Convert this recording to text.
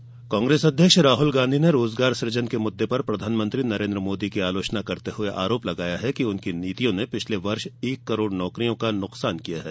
रोजगार आरोप कांग्रेस अध्यक्ष राहल गांधी ने रोजगार सुजन के मुद्दे पर प्रधानमंत्री नरेन्द्र मोदी की आलोचना करते हुए आरोप लगाया है कि उनकी नीतियों ने पिछले वर्ष एक करोड़ नौकरियों का नुकसान किया है